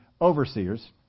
overseers